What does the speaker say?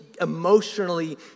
emotionally